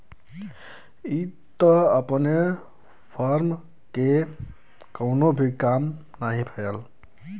इ बार त अपनी फर्म के कवनो भी काम नाही भयल